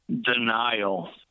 denial